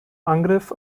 angriff